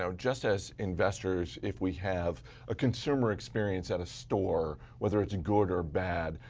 so just as investors, if we have a consumer experience at a store, whether it's and good or bad,